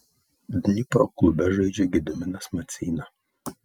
dnipro klube žaidžia gediminas maceina